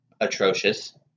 atrocious